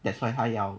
that's why 他要